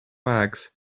bags